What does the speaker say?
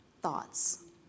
thoughts